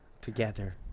together